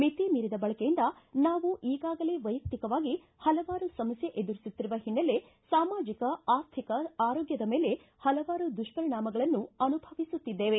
ಮಿತಿ ಮೀರಿದ ಬಳಕೆಯಿಂದ ನಾವು ಈಗಾಗಲೇ ವೈಯಕ್ತಿಕವಾಗಿ ಪಲವಾರು ಸಮಸ್ಥೆ ಎದುರಿಸುತ್ತಿರುವ ಹಿನ್ನೆಲೆ ಸಾಮಾಜಿಕ ಆರ್ಥಿಕ ಆರೋಗ್ಯದ ಮೇಲೆ ಪಲವಾರು ದುಪ್ಪರಣಾಮಗಳನ್ನು ಅನುಭವಿಸುತ್ತಿದ್ದೇವೆ